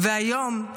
והיום,